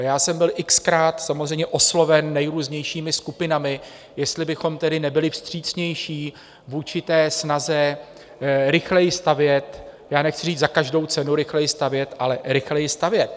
Já jsem byl xkrát samozřejmě osloven nejrůznějšími skupinami, jestli bychom tedy nebyli vstřícnější vůči snaze rychleji stavět, já nechci říct za každou cenu rychleji stavět, ale rychleji stavět.